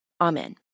Amen